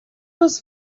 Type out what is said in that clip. was